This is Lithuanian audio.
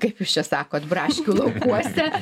kaip jūs čia sakot braškių laukuose